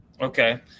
Okay